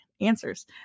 answers